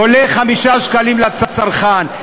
עולה 5 שקלים לצרכן?